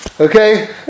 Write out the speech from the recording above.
Okay